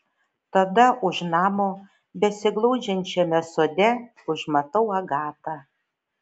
tada už namo besiglaudžiančiame sode užmatau agatą